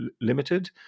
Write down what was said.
limited